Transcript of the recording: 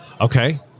Okay